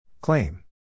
Claim